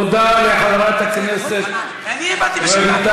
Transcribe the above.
תפסיקו כבר להצביע נגד הצעות חוק חשובות וטובות,